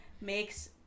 makes